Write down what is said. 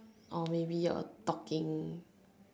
or maybe a talking